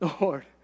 Lord